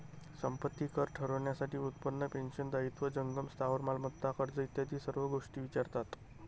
संपत्ती कर ठरवण्यासाठी उत्पन्न, पेन्शन, दायित्व, जंगम स्थावर मालमत्ता, कर्ज इत्यादी सर्व गोष्टी विचारतात